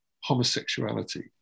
homosexuality